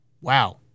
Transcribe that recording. Wow